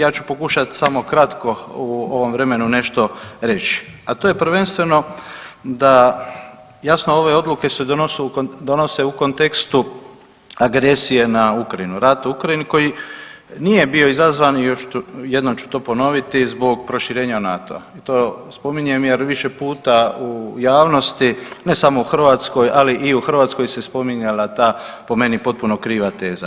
Ja ću pokušat samo kratko u ovom vremenu nešto reći, a to je prvenstveno da jasno ove odluke se donose u, donose u kontekstu agresije na Ukrajinu, rata u Ukrajini koji nije bio izazvan i još jednom ću to ponoviti zbog proširenja NATO-a i to spominjem jer više puta u javnosti, ne samo u Hrvatskoj, ali i u Hrvatskoj se spominjala ta po meni potpuno kriva teza.